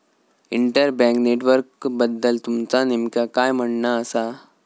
inter bank नेटवर्कबद्दल तुमचा नेमक्या काय म्हणना आसा